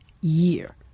year